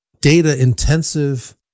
data-intensive